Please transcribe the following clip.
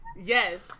yes